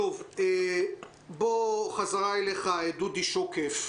בחזרה לדודי שוקף,